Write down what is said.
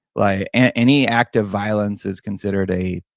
like and any act of violence is considered a